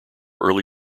early